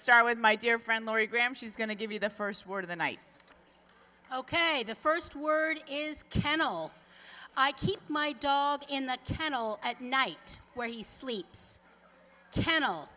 start with my dear friend laurie graham she's going to give you the first word of the night ok the first word is kennel i keep my dog in the kennel at night where he sleeps kennel